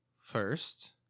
first